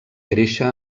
créixer